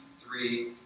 three